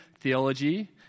theology